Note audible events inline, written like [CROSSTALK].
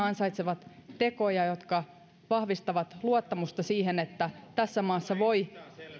[UNINTELLIGIBLE] ansaitsevat tekoja jotka vahvistavat luottamusta siihen että tässä maassa voi